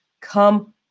come